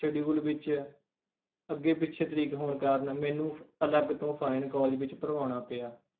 schedule ਵਿੱਚ ਅੱਗੇ ਪਿੱਛੇ ਤਰੀਕ ਹੋਣ ਕਾਰਨ ਮੈਨੂੰ ਫ ਅਲੱਗ ਤੋਂ ਫਾਈਨ ਕਾਲਜ ਵਿੱਚ ਭਰਵਾਉਣਾ ਪਿਆ